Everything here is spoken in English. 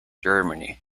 germany